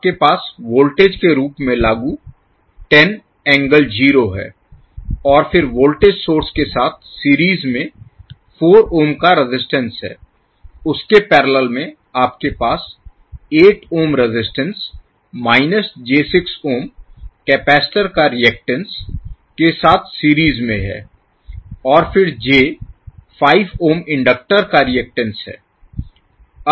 आपके पास वोल्टेज के रूप में लागू 10 एंगल Angle कोण 0 है और फिर वोल्टेज सोर्स के साथ सीरीज में 4 ओम का रेजिस्टेंस है उसके पैरेलल में आपके पास 8 ohm resistance minus j6 ohm capacitor का रिएक्टेंस के साथ सीरीज में है और फिर j5 ओम इंडक्टर का रिएक्टेंस है